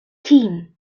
team